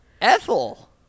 Ethel